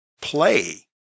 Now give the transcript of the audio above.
play